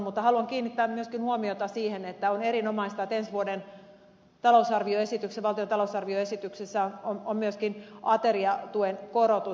mutta haluan kiinnittää myöskin huomiota siihen että on erinomaista että ensi vuoden valtion talousarvioesityksessä on myöskin ateriatuen korotus